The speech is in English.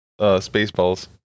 Spaceballs